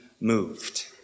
moved